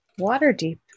Waterdeep